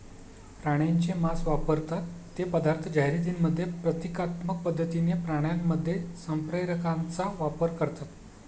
प्राण्यांचे मांस वापरतात ते पदार्थ जाहिरातींमध्ये प्रतिकात्मक पद्धतीने प्राण्यांमध्ये संप्रेरकांचा वापर करतात